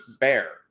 bear